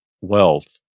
wealth